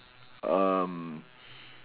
um